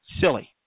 Silly